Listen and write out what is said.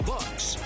Bucks